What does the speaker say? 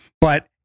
But-